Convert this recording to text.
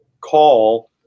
call